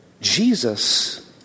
Jesus